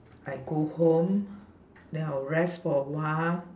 I go home then I will rest for awhile